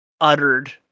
uttered